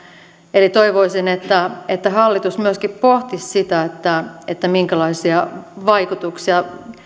eli toivoisin että että hallitus myöskin pohtisi sitä minkälaisia vaikutuksia